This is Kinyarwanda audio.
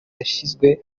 yashyizwe